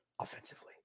offensively